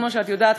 כמו שאת יודעת,